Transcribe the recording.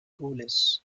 gules